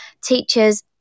teachers